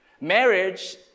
Marriage